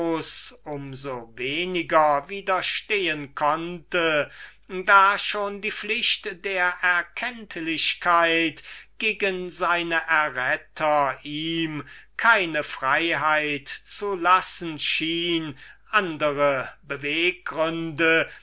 so weniger widerstehen konnte als die pflichten der erkenntlichkeit gegen seine erretter ihm keine freiheit zu lassen schienen andere beweggründe